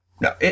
no